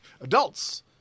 adults